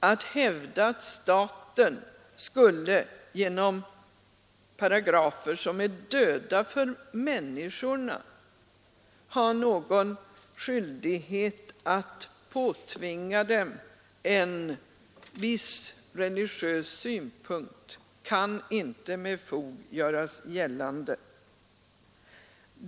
Att staten skulle genom paragrafer som är döda för människorna ha någon skyldighet att påtvinga dem en viss religös synpunkt kan inte med fog göras gällande.